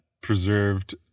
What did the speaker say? preserved